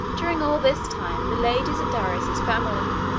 during all this time the ladies of darius's family,